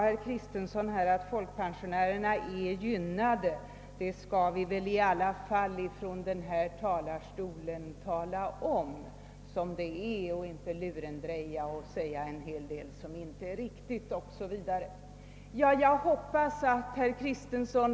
Herr Kristenson sade vidare att folkpensionärerna är gynnade och att vi från den här talarstolen skall säga som det är och inte komma med påståenden som inte är riktiga o. s. v.